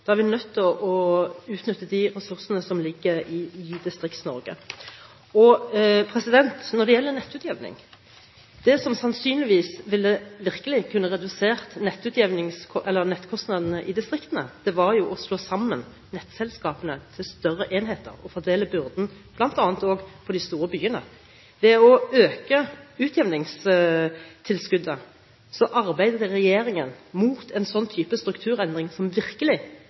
Da er vi nødt til å utnytte de ressursene som ligger i Distrikts-Norge. Når det gjelder nettutjevning: Det som sannsynligvis virkelig ville kunnet redusere nettkostnadene i distriktene, var jo å slå sammen nettselskapene til større enheter og fordele byrden, bl.a. også på de store byene. Ved å øke utjevningstilskuddet arbeider regjeringen mot en sånn type strukturendring som virkelig